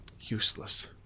Useless